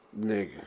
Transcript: Nigga